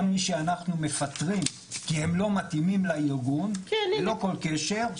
גם מי שאנחנו מפטרים כי הם לא מתאימים לארגון ללא כל קשר,